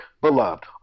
beloved